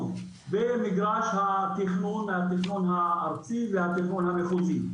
במגרש התכנון הארצי והתכנון המחוזי.